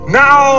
now